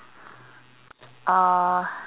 uh